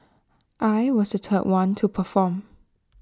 I was the third one to perform